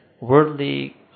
worldly